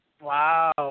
Wow